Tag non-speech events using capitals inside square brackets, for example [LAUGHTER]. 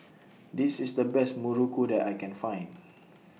[NOISE] This IS The Best Muruku that I Can Find [NOISE]